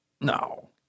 No